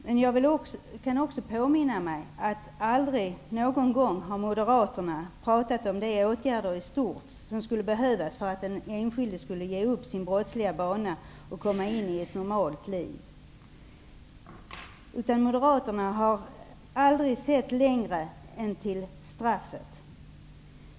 Men jag kan också påminna mig att Moderaterna aldrig någon gång har pratat om de åtgärder i stort som skulle behövas för att den enskilde skulle ge upp sin brottsliga bana och komma in i ett normalt liv. Moderaterna har aldrig sett längre än till straffet.